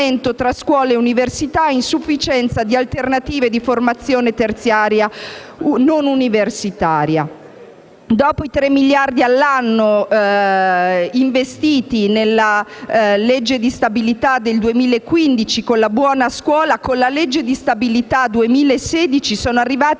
tra scuola e università; insufficienza di alternative di formazione terziaria non universitaria. Dopo i 3 miliardi all'anno investiti nella legge di stabilità del 2015 con la buona scuola e con la legge di stabilità 2016, sono arrivati